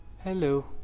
Hello